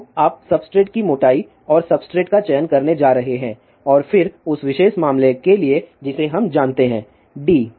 तो आप सब्सट्रेट की मोटाई और सब्सट्रेट का चयन करने जा रहे हैं और फिर उस विशेष मामले के लिए जिसे हम जानते हैं d